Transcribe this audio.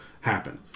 happen